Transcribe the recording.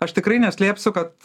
aš tikrai neslėpsiu kad